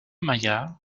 maillard